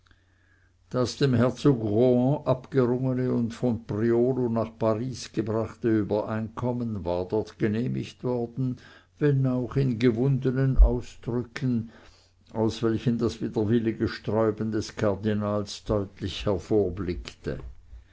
das dem herzog rohan abgerungene und von priolo nach paris gebrachte obereinkommen war dort genehmigt worden wenn auch in gewundenen ausdrücken aus welchen das widerwillige sträuben des kardinals deutlich